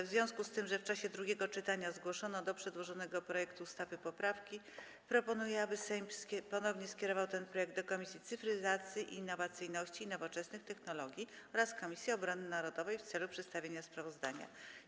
W związku z tym, że w czasie drugiego czytania zgłoszono do przedłożonego projektu ustawy poprawki, proponuję, aby Sejm ponownie skierował ten projekt do Komisji Cyfryzacji, Innowacyjności i Nowoczesnych Technologii oraz Komisji Obrony Narodowej w celu przedstawienia sprawozdania.